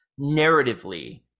narratively